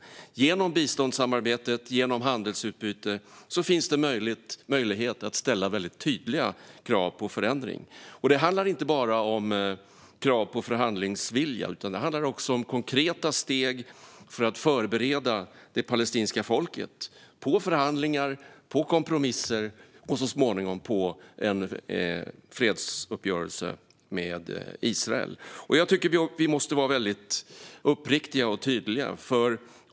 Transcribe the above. Genom biståndssamarbete och handelsutbyte finns möjlighet att ställa tydliga krav på förändring. Det handlar inte bara om krav på förhandlingsvilja utan också om konkreta steg för att förbereda det palestinska folket på förhandlingar, kompromisser och så småningom en fredsuppgörelse med Israel. Jag tycker att vi måste vara uppriktiga och tydliga.